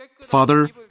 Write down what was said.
Father